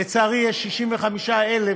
לצערי, 65,000